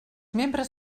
membres